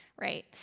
right